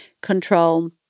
control